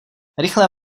rychle